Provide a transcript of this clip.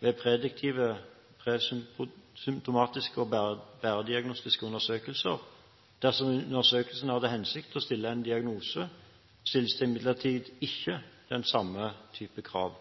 ved prediktive, presymptomatiske og bærerdiagnostiske undersøkelser. Dersom undersøkelsen har til hensikt å stille en diagnose, stilles det imidlertid ikke den samme type krav.